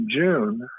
June